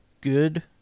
good